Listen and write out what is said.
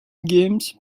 games